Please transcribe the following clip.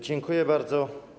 Dziękuję bardzo.